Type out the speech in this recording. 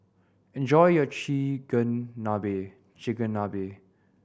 enjoy your Chigenabe Chigenabe